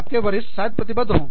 आप के वरिष्ठ शायद प्रतिबद्ध हो